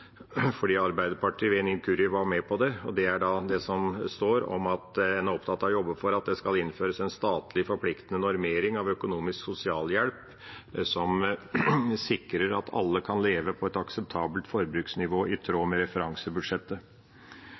fordi Arbeiderpartiet ved en inkurie var med på det – som står om at en «er opptatt av å jobbe for at det skal innføres en statlig, forpliktende normering av økonomisk sosialhjelp som sikrer at alle kan leve på et akseptabelt forbruksnivå i tråd med referansebudsjettet.»